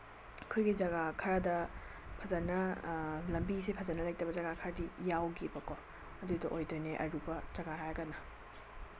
ꯑꯩꯈꯣꯏꯒꯤ ꯖꯒꯥ ꯈꯔꯗ ꯐꯖꯅ ꯂꯝꯕꯤꯁꯦ ꯐꯖꯅ ꯂꯩꯇꯕ ꯖꯒꯥ ꯈꯔꯗꯤ ꯌꯥꯎꯈꯤꯕꯀꯣ ꯑꯗꯨꯗꯣ ꯑꯣꯏꯗꯣꯏꯅꯦ ꯑꯔꯨꯕ ꯖꯒꯥ ꯍꯥꯏꯔꯒꯅ